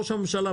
ראש הממשלה,